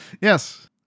yes